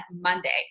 Monday